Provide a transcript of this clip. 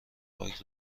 پاک